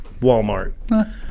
Walmart